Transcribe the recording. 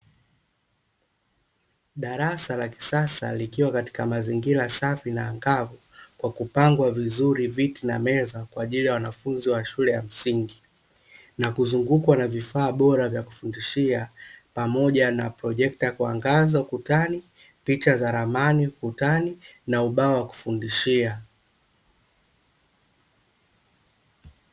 Darasa la kisasa likiwa katika mazingira safi na angavu kwa kupangwa vizuri viti na meza kwa ajili ya wanafunzi wa shule ya msingi na kuzungukwa na vifaa bora vya kufundishia pamoja na projekta kuangaza ukutani, picha za ramani kukutani na ubao wa kufundishia .